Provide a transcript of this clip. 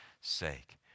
sake